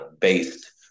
based